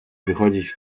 wychodzić